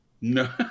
No